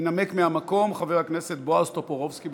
ינמק מהמקום חבר הכנסת בועז טופורובסקי.